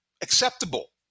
acceptable